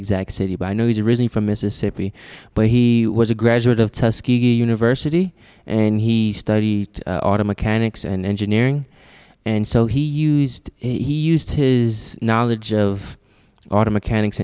exact city but i know he's really from mississippi but he was a graduate of a university and he studied auto mechanics and engineering and so he used he used his knowledge of auto mechanics